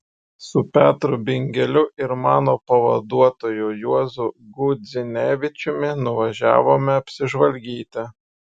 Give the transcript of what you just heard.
su petru bingeliu ir mano pavaduotoju juozu gudzinevičiumi nuvažiavome apsižvalgyti